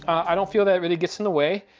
i don't feel that it really gets in the way.